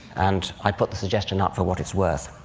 and i put the suggestion up, for what it's worth.